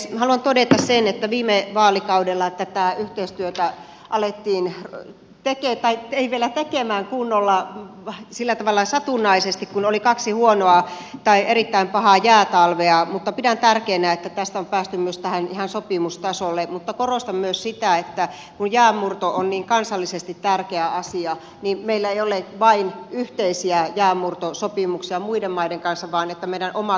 minä haluan todeta sen että viime vaalikaudella tätä yhteistyötä alettiin tehdä tai ei vielä kunnolla sillä tavalla satunnaisesti kun oli kaksi huonoa tai erittäin pahaa jäätalvea mutta pidän tärkeänä että tästä on päästy myös tähän ihan sopimustasolle mutta korostan myös sitä että kun jäänmurto on kansallisesti niin tärkeä asia niin meillä ei ole vain yhteisiä jäänmurtosopimuksia muiden maiden kanssa vaan on tärkeää että meidän oma kapasiteettimme on riittävä